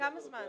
ובכמה זמן?